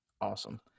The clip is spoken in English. awesome